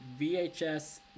VHS